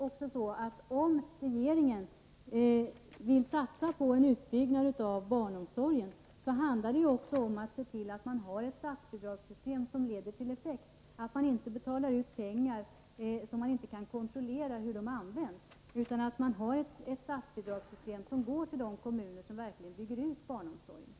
Om regeringen vill satsa på en utbyggnad av barnomsorgen, handlar det också om att se till att man har ett statsbidragssystem som leder till effekt, att man inte betalar ut pengar, vilkas användning man inte kan kontrollera. Man måste ha ett statsbidragssystem, där pengarna går till de kommuner som verkligen bygger ut barnomsorgen.